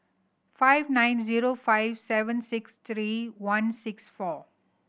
five nine zero five seven six three one six four